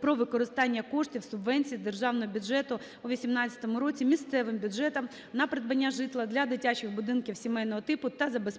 про використання коштів субвенції з державного бюджету у 2018 році місцевим бюджетам на придбання житла для дитячих будинків сімейного типу та забезпечення